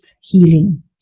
healing